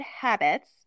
habits